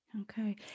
Okay